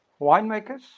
winemakers